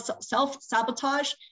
self-sabotage